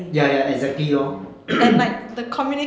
ya ya exactly lor